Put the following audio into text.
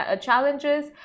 challenges